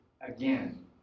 again